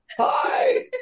Hi